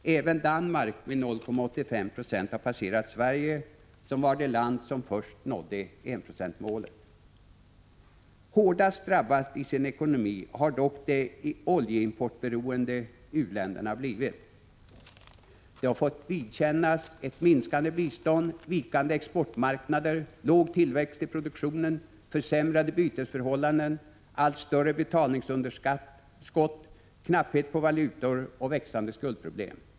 Även Danmark med 0,85 96 har passerat Sverige, som var det land som först nådde enprocentsmålet. Hårdast drabbade i sin ekonomi har dock de oljeimportberoende uländerna blivit. De har fått vidkännas ett minskande bistånd, vikande exportmarknader, låg tillväxt i produktionen, försämrade bytesförhållanden, allt större betalningsunderskott, knapphet på valutor och växande skuldproblem.